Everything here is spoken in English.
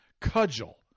cudgel